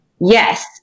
Yes